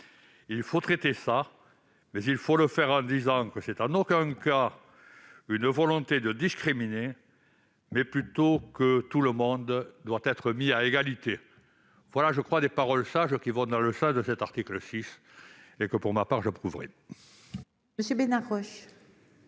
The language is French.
Il faut traiter cela, mais il faut le faire en disant que ce n'est en aucun cas une volonté de discriminer, mais plutôt que tout le monde doit être à égalité. » À mes yeux, ce sont là des paroles sages : elles vont dans le sens de l'article 6, que, pour ma part, je voterai